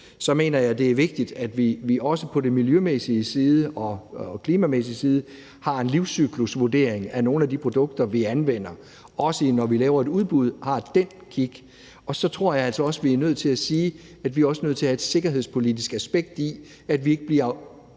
mener jeg, det er vigtigt, at vi også på den miljømæssige side og den klimamæssige side har en livscyklusvurdering af nogle af de produkter, vi anvender, og at vi også, når vi har et udbud, har kig på det. Så tror jeg altså også, at vi er nødt til at sige, at vi også er nødt til at have et sikkerhedspolitisk aspekt, så vi ikke bliver